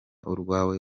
urwawe